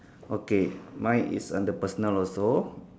okay mine is under personal also